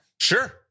Sure